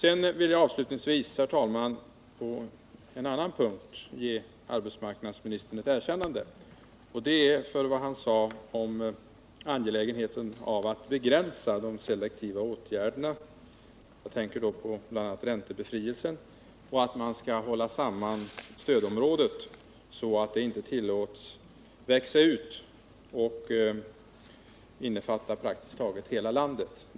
Sedan vill jag avslutningsvis, herr talman, på en annan punkt ge arbetsmarknadsministern ett erkännande, och det är för vad han sade om angelägenheten av att begränsa de selektiva åtgärderna — jag tänker då på bl.a. räntebefrielsen — och att man skall hålla samman stödområdet, så att det inte tillåts växa ut och innefatta praktiskt taget hela landet.